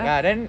ya then